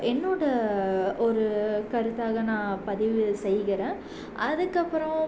என்னோடய ஒரு கருத்தாக நான் பதிவு செய்கிறேன் அதுக்கப்புறம்